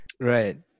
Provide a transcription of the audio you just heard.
right